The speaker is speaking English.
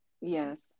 yes